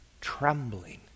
trembling